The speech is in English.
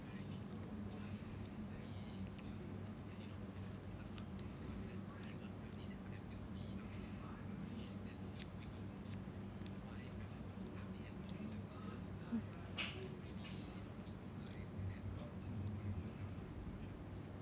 mm